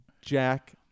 Jack